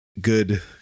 good